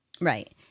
Right